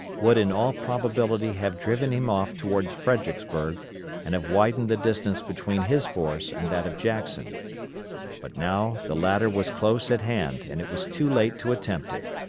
would in all probability have driven him off toward fredericksburg and have widened the distance between his force and that of jackson but now the latter was close at hand and it was too late to attempt it.